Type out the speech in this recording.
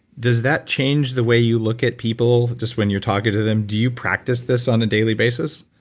does that change the way you look at people just when you're talking to them? do you practice this on a daily basis?